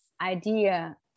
idea